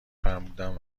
فرمودن